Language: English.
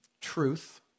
truth